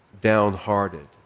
downhearted